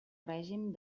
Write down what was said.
règim